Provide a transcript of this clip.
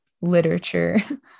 literature